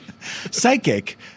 psychic